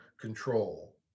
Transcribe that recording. control